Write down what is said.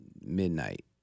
midnight